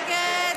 להצביע.